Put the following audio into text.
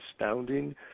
astounding